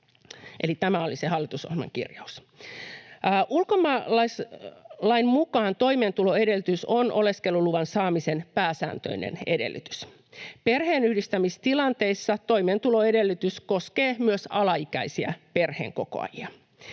tämä oli se hallitusohjelman kirjaus. Ulkomaalaislain mukaan toimeentuloedellytys on oleskeluluvan saamisen pääsääntöinen edellytys. Perheenyhdistämistilanteissa toimeentuloedellytys koskee myös alaikäisiä perheenkokoajia.